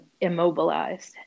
immobilized